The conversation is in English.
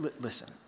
listen